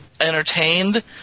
entertained